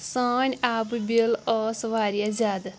سٲنۍ آبہٕ بِل ٲس واریاہ زیادٕ